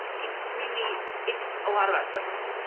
it's really it's a lot about choices,